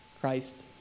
Christ